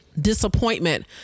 disappointment